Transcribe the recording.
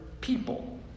people